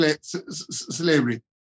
slavery